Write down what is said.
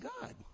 God